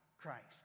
Christ